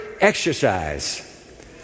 exercise